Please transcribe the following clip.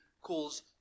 calls